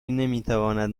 نمیتواند